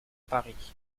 paris